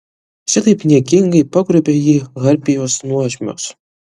šitaip niekingai pagrobė jį harpijos nuožmios